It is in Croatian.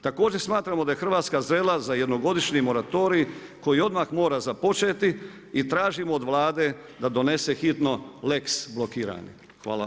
Također smatramo da je Hrvatska zrela za jednogodišnji moratorij, koji odmah mora započeti i tražim od Vlade da donese hitno lex blokiranih.